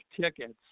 tickets